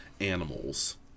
animals